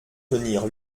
tenir